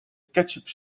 ketchup